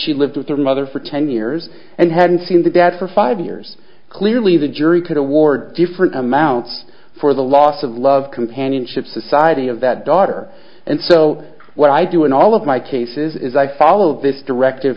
she lived with her mother for ten years and hadn't seen the dead for five years clearly the jury could award different amounts for the loss of love companionship society of that daughter and so what i do in all of my cases is i follow this directive